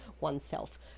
oneself